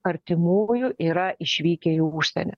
artimųjų yra išvykę į užsienį